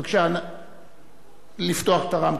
בבקשה, לפתוח את הרמקול.